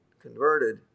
converted